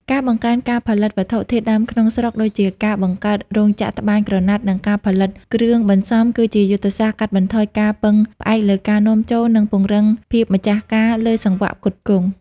ការបង្កើនការផលិតវត្ថុធាតុដើមក្នុងស្រុក ដូចជាការបង្កើតរោងចក្រត្បាញក្រណាត់ និងការផលិតគ្រឿងបន្សំ គឺជាយុទ្ធសាស្ត្រកាត់បន្ថយការពឹងផ្អែកលើការនាំចូល និងពង្រឹងភាពម្ចាស់ការលើសង្វាក់ផ្គត់ផ្គង់។